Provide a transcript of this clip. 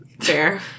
Fair